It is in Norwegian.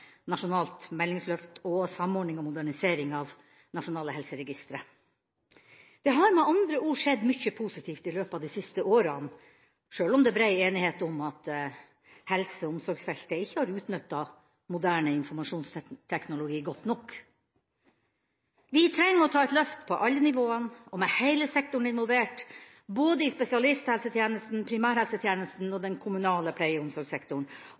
nasjonalt meldingsløft og samordning og modernisering av nasjonale helseregistre. Det har med andre ord skjedd mye positivt i løpet av de siste årene, sjøl om det er brei enighet om at helse- og omsorgsfeltet ikke har utnyttet moderne informasjonsteknologi godt nok. Vi trenger å ta et løft på alle nivåer og med heile sektoren involvert, i både spesialisthelsetjenesten, primærhelsetjenesten og den kommunale pleie- og omsorgssektoren. Vi er godt i